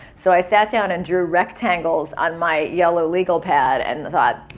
so i sat down and drew rectangles on my yellow legal pad and thought,